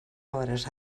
hores